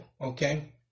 okay